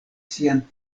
sian